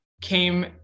came